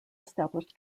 established